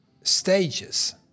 stages